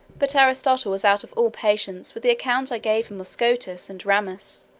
but aristotle was out of all patience with the account i gave him of scotus and ramus,